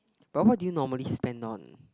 barbeque normally spend lot